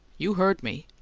you heard me.